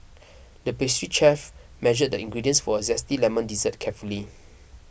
the pastry chef measured the ingredients for a Zesty Lemon Dessert carefully